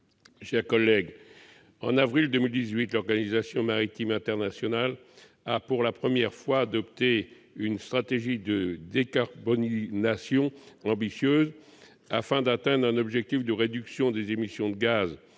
55 rectifié. En avril 2018, l'Organisation maritime internationale a pour la première fois adopté une stratégie de décarbonation ambitieuse, afin d'atteindre un objectif de réduction des émissions de gaz